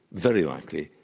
very likely,